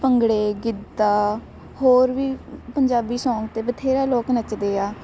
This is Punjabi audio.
ਭੰਗੜੇ ਗਿੱਧਾ ਹੋਰ ਵੀ ਪੰਜਾਬੀ ਸੌਂਗ 'ਤੇ ਬਥੇਰਾ ਲੋਕ ਨੱਚਦੇ ਆ